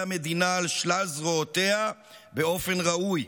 המדינה על שלל זרועותיה באופן ראוי,